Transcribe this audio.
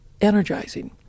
energizing